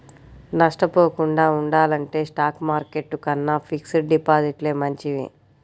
నష్టపోకుండా ఉండాలంటే stock market కన్నా ఫిక్స్డ్ డిపాజిట్లే మంచివి